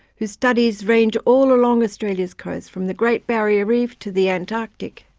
whose studies range all along australia's coast, from the great barrier reef to the antarctic.